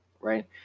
Right